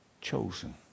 chosen